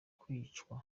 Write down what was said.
kwicwa